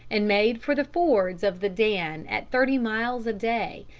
and made for the fords of the dan at thirty miles a day,